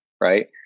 right